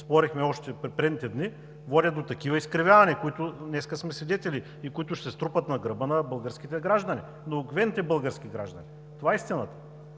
спорихме още предишните дни, води до такива изкривявания, на които днес сме свидетели и които ще се струпат на гърба на българските граждани – на обикновените български граждани. Това е истината!